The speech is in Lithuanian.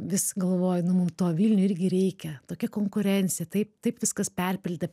vis galvoju nu mum to vilniuj irgi reikia tokia konkurencija taip taip viskas perpildę